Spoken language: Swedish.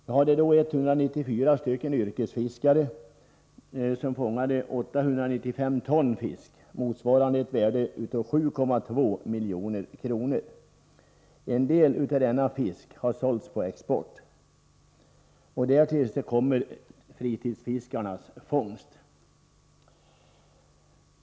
Vi hade då 194 yrkesfiskare som fångade 895 ton fisk motsvarande ett värde av 7,2 milj.kr. En del av denna fisk har sålts på export. Därtill kommer fritidsfiskarnas fångst.